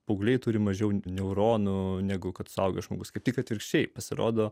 paaugliai turi mažiau neuronų negu kad suaugęs žmogus kaip tik atvirkščiai pasirodo